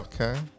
okay